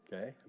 Okay